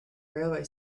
railway